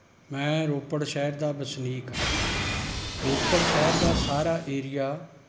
ਮੈਂ ਰੋਪੜ ਸ਼ਹਿਰ ਦਾ ਵਸਨੀਕ ਹਾਂ ਰੋਪੜ ਸ਼ਹਿਰ ਦਾ ਸਾਰਾ ਏਰੀਆ